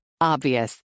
obvious